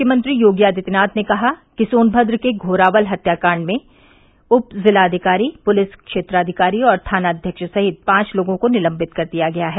मुख्यमंत्री योगी आदित्यनाथ ने कहा कि सोनभद्र के घोरावल हत्याकाण्ड के मामले में उप जिलाधिकारी पुलिस क्षेत्राधिकारी और थानाध्यक्ष सहित पांच लोगों को निलम्बित कर दिया गया है